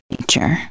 nature